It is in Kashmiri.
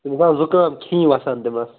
تٔمِس ہسا زُکام کھٕنۍ وَسان تٔمِس